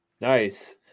nice